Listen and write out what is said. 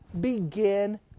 begin